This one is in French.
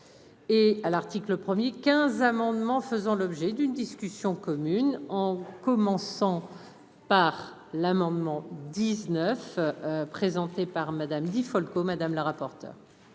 et à l'article 1er 15 amendement faisant l'objet d'une discussion commune. En commençant par l'amendement 19 présenté par Madame Di Folco madame la rapporteure.